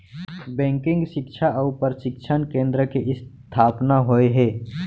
banking सिक्छा अउ परसिक्छन केन्द्र के इस्थापना होय हे